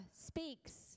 speaks